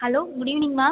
hello good evening ma'am